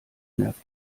nervt